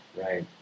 right